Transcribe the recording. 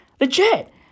Legit